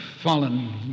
fallen